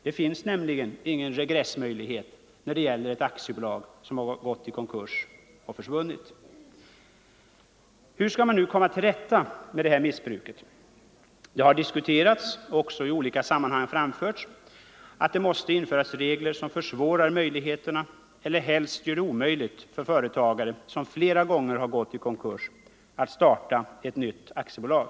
Det finns nämligen ingen regressmöjlighet när det gäller ett aktiebolag som har gått i konkurs och försvunnit. Hur skall man nu komma till rätta med det här missbruket? Det har diskuterats och även i olika sammanhang framförts att det måste införas regler som försvårar möjligheterna eller helst gör det omöjligt för för Nr 125 retagare som flera gånger har gått i konkurs att starta ett nytt aktiebolag.